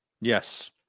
Yes